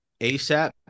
ASAP